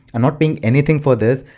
am not paying anything for this.